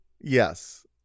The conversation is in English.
Yes